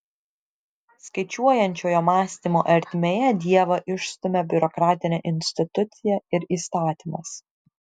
skaičiuojančiojo mąstymo ertmėje dievą išstumia biurokratinė institucija ir įstatymas